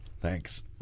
Thanks